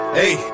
hey